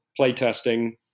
playtesting